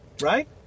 right